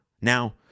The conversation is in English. Now